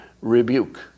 rebuke